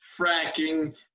fracking